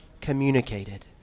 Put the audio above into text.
communicated